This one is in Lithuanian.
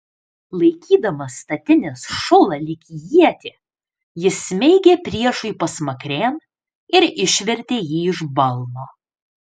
laikydamas statinės šulą lyg ietį jis smeigė priešui pasmakrėn ir išvertė jį iš balno